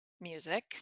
Music